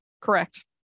Correct